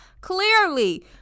Clearly